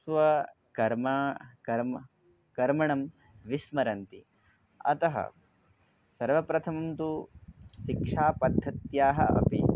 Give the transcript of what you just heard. स्वकर्माणि कर्माणि कर्माणि विस्मरन्ति अतः सर्वप्रथमं तु शिक्षापद्धत्याः अपि